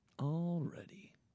Already